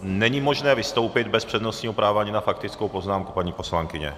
Není možné vystoupit bez přednostního práva ani na faktickou poznámku, paní poslankyně.